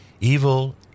Evil